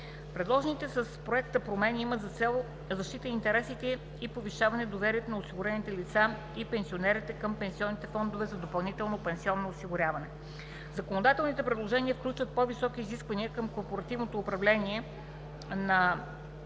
Предложените с Проекта промени имат за цел защита на интересите и повишаване на доверието на осигурените лица и пенсионерите към Пенсионните фондове за допълнително пенсионно осигуряване. Законодателните предложения включват по-високи изисквания към корпоративното управление на пенсионно-осигурителните